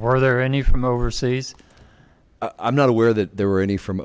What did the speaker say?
are there any from overseas i'm not aware that there were any from